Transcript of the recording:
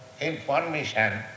information